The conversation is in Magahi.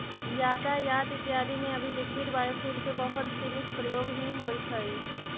यातायात इत्यादि में अभी लिक्विड बायोफ्यूल के बहुत सीमित प्रयोग ही होइत हई